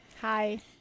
hi